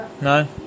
No